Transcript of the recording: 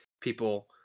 people